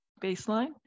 baseline